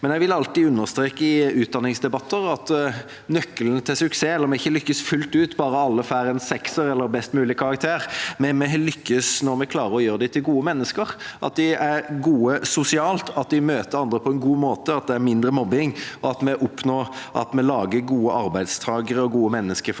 vil jeg alltid understreke i utdanningsdebatter at nøkkelen til suksess ikke handler om at vi lykkes fullt ut bare alle får en sekser eller best mulig karakter. Vi har lyktes når vi klarer å gjøre dem til gode mennesker – at de er gode sosialt, at de møter andre på en god måte, at det er mindre mobbing, og at vi oppnår å lage gode arbeidstakere og gode mennesker for